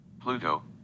Pluto